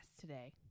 today